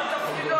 מה תפקידן?